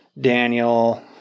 Daniel